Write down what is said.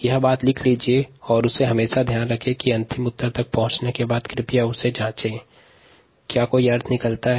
यह ध्यान रखने योग्य यह है कि अंतिम उत्तर की अर्थपूर्णता की जाँच आवश्यक है